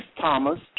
Thomas